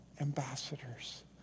ambassadors